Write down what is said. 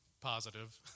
positive